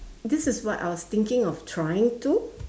this is what I was thinking of trying to